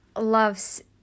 loves